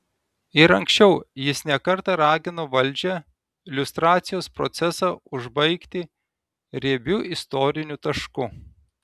ir anksčiau jis ne kartą ragino valdžią liustracijos procesą užbaigti riebiu istoriniu tašku